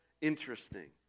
interesting